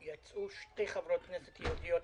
דנו בנושא הזה רבות כשחברת הכנסת עאידה